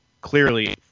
clearly